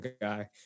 guy